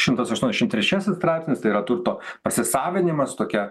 šimtas aštuoniasdešim trečiasis straipsnis yra turto pasisavinimas tokia